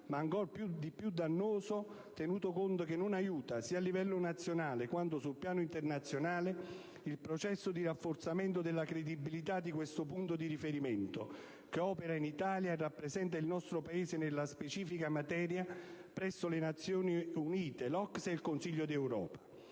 ma ancor di più dannoso, tenuto conto che non aiuta - sia a livello nazionale, sia sul piano internazionale - il processo di rafforzamento della credibilità di questo «punto di riferimento» che opera in Italia e che rappresenta il nostro Paese nella specifica materia presso le Nazioni Unite, l'OCSE e il Consiglio d'Europa.